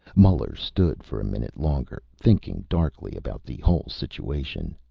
muller stood for a minute longer, thinking darkly about the whole situation.